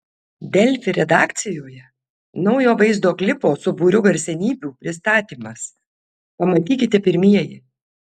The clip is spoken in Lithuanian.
delfi redakcijoje naujo vaizdo klipo su būriu garsenybių pristatymas pamatykite pirmieji